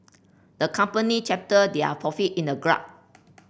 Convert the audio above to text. the company chapter their profit in a graph